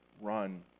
run